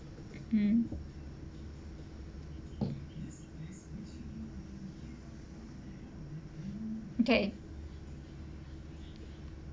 mm okay